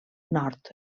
nord